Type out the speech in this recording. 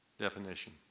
definition